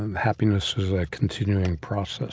and happiness is a continuing process